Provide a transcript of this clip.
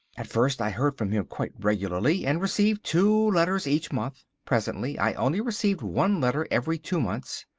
at first i heard from him quite regularly, and received two letters each month. presently i only received one letter every two months,